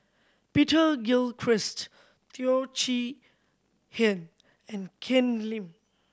Peter Gilchrist Teo Chee Hean and Ken Lim